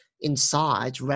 inside